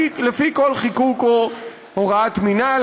לפי כל חיקוק או הוראת מינהל.